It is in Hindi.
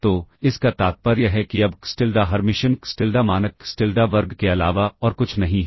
तो इसका तात्पर्य है कि अब xTilda हर्मिशियन xTilda मानक xTilda वर्ग के अलावा और कुछ नहीं है